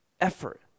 effort